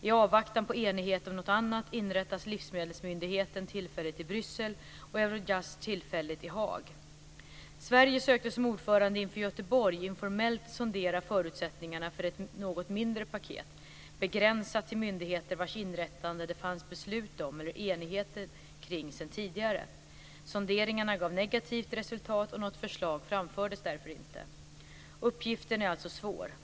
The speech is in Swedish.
I avvaktan på enighet om något annat inrättas livsmedelsmyndigheten tillfälligt i Sverige sökte som ordförande inför Göteborg informellt sondera förutsättningarna för ett något mindre paket, begränsat till myndigheter vars inrättande det fanns beslut om eller enighet kring redan tidigare. Sonderingarna gav negativt resultat. Något förslag framfördes därför inte. Uppgiften är alltså svår.